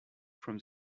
from